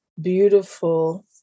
beautiful